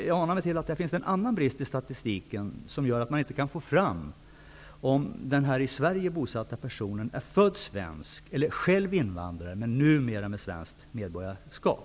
Jag anar att det finns en annan brist i statistiken som gör att man inte kan få fram om den i Sverige bosatta personen är född svensk eller själv är invandrare med svenskt medborgarskap.